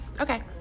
Okay